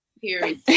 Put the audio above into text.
Period